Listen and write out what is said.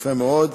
יפה מאוד.